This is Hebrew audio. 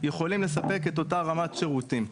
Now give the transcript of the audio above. יכולים לספק את אותה רמת שירותים.